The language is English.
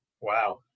Wow